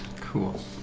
Cool